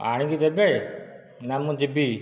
ଆଣିକି ଦେବେ ନା ମୁଁ ଯିବି